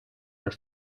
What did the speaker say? were